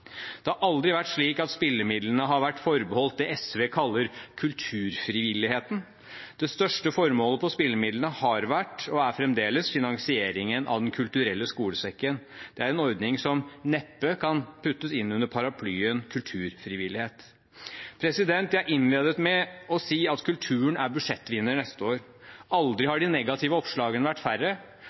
Det har aldri vært slik at spillemidlene har vært forbeholdt det SV kaller kulturfrivilligheten. Det største formålet med spillemidlene har vært, og er fremdeles, finansieringen av Den kulturelle skolesekken. Det er en ordning som neppe kan puttes inn under paraplyen «kulturfrivillighet». Jeg innledet med å si at kulturen er budsjettvinner neste år. Aldri har de negative oppslagene vært færre.